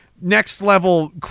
next-level